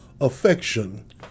affection